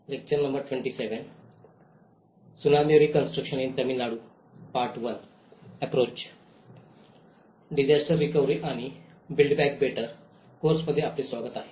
disaster recovery आणि build back better course मध्ये आपले स्वागत आहे